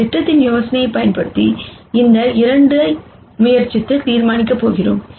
இந்த திட்டத்தின் யோசனையைப் பயன்படுத்தி இந்த 2 ஐ முயற்சித்து தீர்மானிக்கப் போகிறோம்